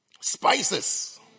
spices